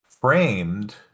framed